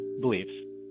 beliefs